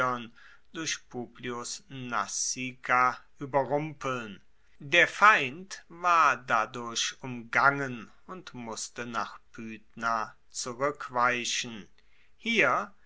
ueberrumpeln der feind war dadurch umgangen und musste nach pydna zurueckweichen hier